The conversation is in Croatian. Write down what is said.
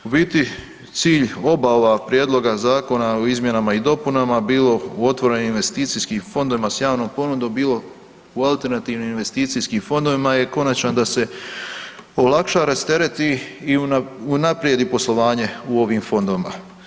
U biti cilj oba ova prijedloga zakona o izmjenama i dopunama bilo u otvorenim investicijskim fondovima s javnom ponudom, bilo u alternativnim investicijskim fondovima je konačno da se olakša, rastereti i unaprijedi poslovanje u ovim fondovima.